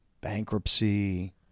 bankruptcy